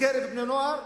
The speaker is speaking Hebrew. בקרב בני-נוער,